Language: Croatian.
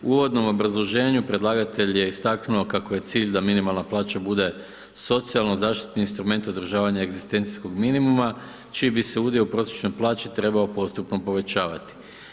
U uvodnom obrazloženju predlagatelj je istaknuo kako je cilj da minimalna plaća bude socijalno zaštitni instrument održavanja egzistencijskog minimuma čiji bi se udio u prosječnoj plaći trebao postupno povećavati.